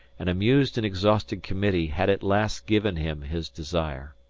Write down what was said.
an amused and exhausted committee had at last given him his desire.